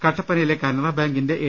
കട്ടപ്പനയിലെ കാനറാ ബാങ്കിന്റെ എ